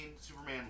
Superman